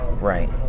Right